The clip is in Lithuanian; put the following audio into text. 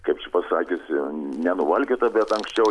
kaip čia pasakius nenuvalkiota bet anksčiau